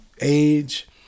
age